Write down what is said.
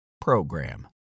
program